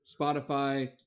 Spotify